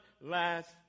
last